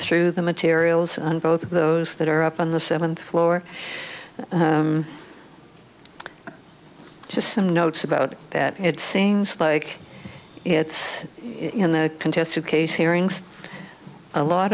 through the materials on both of those that are up on the seventh floor just some notes about that it seems like it's in the contested case hearings a lot